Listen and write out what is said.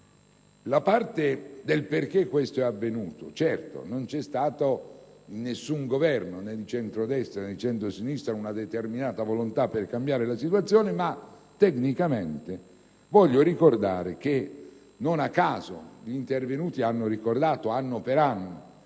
alle ragioni per cui ciò è avvenuto, certo non c'è stata da parte di nessun Governo, né di centrodestra né di centrosinistra, una determinata volontà per cambiare la situazione, ma tecnicamente vorrei ricordare che non a caso gli intervenuti hanno ricordato, anno per anno,